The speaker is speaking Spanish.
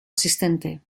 asistente